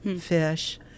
fish